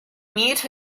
meet